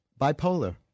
bipolar